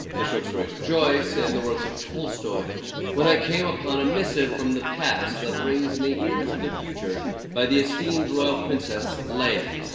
the short stories of joyce and the works of tolstoy when i came upon a missive from the past that rings in the ears of the future by the esteemed royal princess, leia.